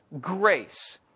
grace